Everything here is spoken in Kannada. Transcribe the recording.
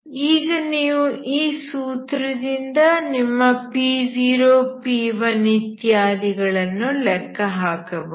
ಈಗ ನೀವು ಈ ಸೂತ್ರದಿಂದ ನಿಮ್ಮ P0 P1 ಇತ್ಯಾದಿಗಳನ್ನು ಲೆಕ್ಕಹಾಕಬಹುದು